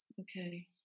Okay